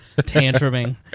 tantruming